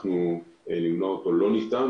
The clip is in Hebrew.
למנוע אותו לא ניתן,